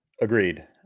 Agreed